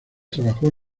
trabajó